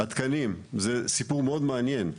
התקנים זה סיפור מאוד מעניין.